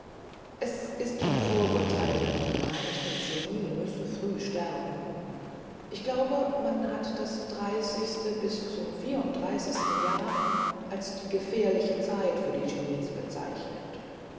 es ist ein vorurteil wenn man meint das genie müsse früh sterben ich glaube man hat das dreißigste bis zum vierunddreißigsten jahr als die gefährliche zeit für die genies bezeichnet